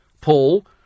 Paul